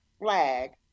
flag